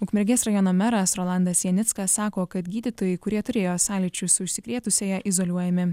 ukmergės rajono meras rolandas janickas sako kad gydytojai kurie turėjo sąlyčių su užsikrėtusiąja izoliuojami